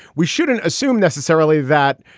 we shouldn't assume necessarily that,